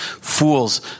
Fools